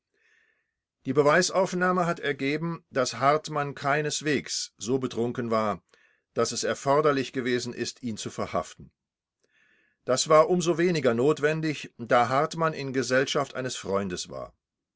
die beweisaufnahme hat ergeben daß hartmann keineswegs so betrunken war daß es erforderlich gewesen ist ihn zu verhaften das war um so weniger notwendig da hartmann in gesellschaft eines freundes war